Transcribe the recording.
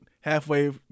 Halfway